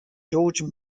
george